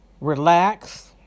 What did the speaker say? relax